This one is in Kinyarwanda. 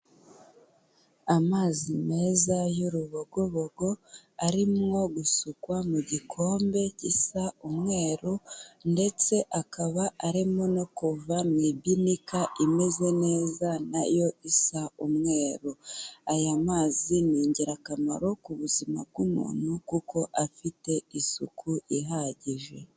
Amazi meza y'urubogobogo arimo gusukwa mu gikombe gisa umweru ndetse akaba arimo no kuva mu ibinika imeze neza nayo isa umweru. Aya mazi ni ingirakamaro ku buzima bw'umuntu kuko afite isuku ihagije.